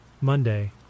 Monday